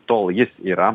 tol jis yra